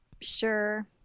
Sure